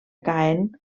caen